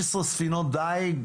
16 ספינות דיג,